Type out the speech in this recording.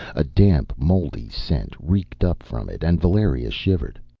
a damp moldy scent reeked up from it, and valeria shivered.